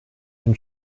den